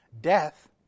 Death